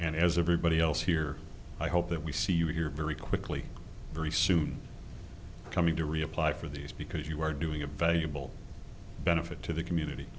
and as everybody else here i hope that we see you here very quickly very soon coming to reapply for these because you are doing a valuable benefit to the community